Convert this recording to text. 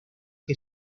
que